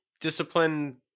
discipline